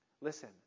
listen